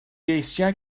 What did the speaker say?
eisiau